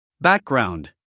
Background